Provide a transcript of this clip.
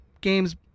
games